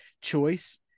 choice